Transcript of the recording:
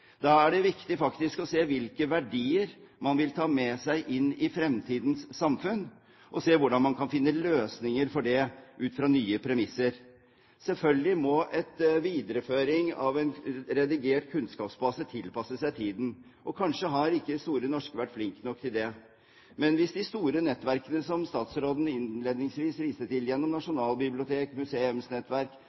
Da er det faktisk viktig å se hvilke verdier man vil ta med seg inn i fremtidens samfunn, og se hvordan man kan finne løsninger på det ut fra nye premisser. Selvfølgelig må en videreføring av en redigert kunnskapsbase tilpasse seg tiden, og kanskje har ikke Store norske leksikon vært flink nok til det. Men de store nettverkene som statsråden innledningsvis viste til, gjennom Nasjonalbiblioteket, museumsnettverk,